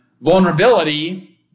Vulnerability